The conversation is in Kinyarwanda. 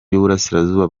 y’uburasirazuba